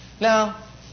Now